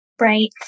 right